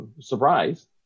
surprise